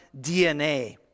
DNA